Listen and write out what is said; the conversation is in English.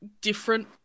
different